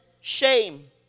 shame